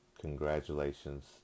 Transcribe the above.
congratulations